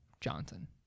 johnson